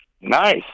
Nice